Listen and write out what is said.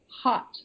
hot